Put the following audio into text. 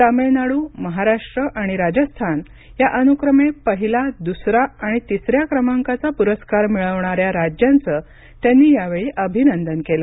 तामिळनाडू महाराष्ट्र आणि राजस्थान या अनुक्रमे पहिला दुसरा आणि तिसऱ्या क्रमांकाचा पुरस्कार मिळवणाऱ्या राज्यांचं त्यांनी यावेळी अभिनंदन केलं